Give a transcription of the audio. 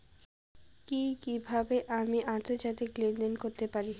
কি কিভাবে আমি আন্তর্জাতিক লেনদেন করতে পারি?